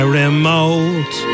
remote